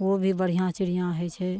ओहो भी बढ़िआँ चिड़िआँ होइ छै